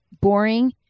boring